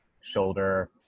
shoulder